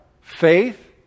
Faith